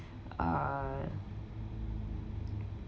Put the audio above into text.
uh